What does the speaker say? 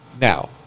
Now